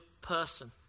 person